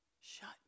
shut